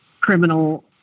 criminal